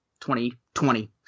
2020